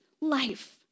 life